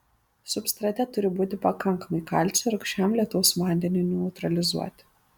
substrate turi būti pakankamai kalcio rūgščiam lietaus vandeniui neutralizuoti